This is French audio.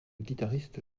guitariste